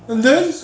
and then